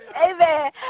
Amen